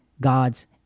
God's